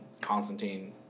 Constantine